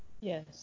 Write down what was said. Yes